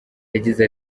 yagize